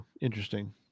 interesting